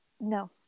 No